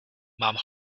mám